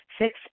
Six